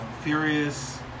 Furious